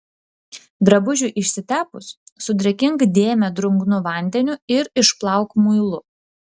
drabužiui išsitepus sudrėkink dėmę drungnu vandeniu ir išplauk muilu